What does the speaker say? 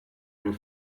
and